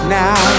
now